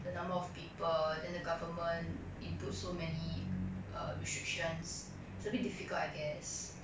the number of people then the government input so many err restrictions it's a bit difficult I guess